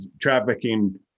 trafficking